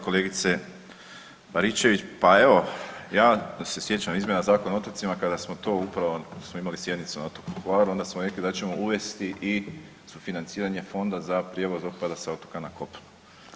Kolegice Baričević, pa evo ja se sjećam izmjena Zakona o otocima kada smo to upravo, kad smo imali sjednicu na otoku Hvaru onda smo rekli da ćemo uvesti i sufinanciranje fonda za prijevoz otpada sa otoka na kopno.